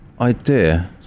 idea